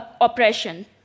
oppression